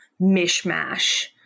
mishmash